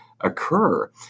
occur